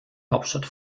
hauptstadt